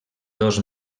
dos